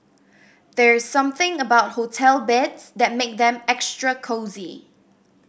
there's something about hotel beds that makes them extra cosy